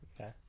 Okay